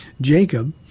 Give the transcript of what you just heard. Jacob